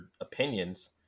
opinions